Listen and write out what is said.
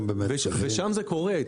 ושם זה קורה.